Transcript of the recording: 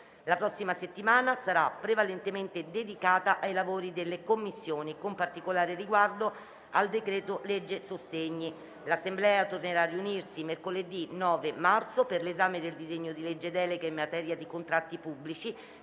La prossima settimana sarà prevalentemente dedicata ai lavori delle Commissioni, con particolare riguardo al decreto-legge sostegni. L'Assemblea tornerà a riunirsi mercoledì 9 marzo per l'esame del disegno di legge delega in materia di contratti pubblici